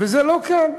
וזה לא קל.